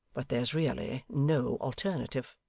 but there's really no alternative